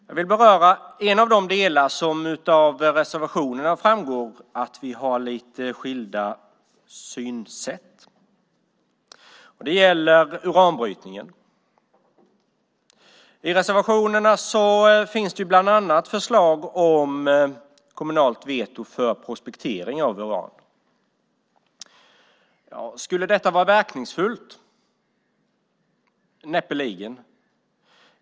Jag ska beröra en av de delar där det av reservationerna framgår att vi har lite skilda synsätt. Det gäller uranbrytningen. I reservationerna finns det bland annat förslag om kommunalt veto för prospektering av uran. Skulle det vara verkningsfullt? Näppeligen.